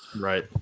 Right